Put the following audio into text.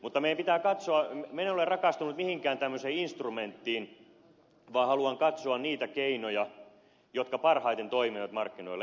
mutta meidän pitää katsoa minä en ole rakastunut mihinkään tämmöiseen instrumenttiin vaan haluan katsoa niitä keinoja jotka parhaiten toimivat markkinoilla